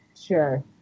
sure